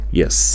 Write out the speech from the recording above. yes